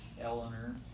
Eleanor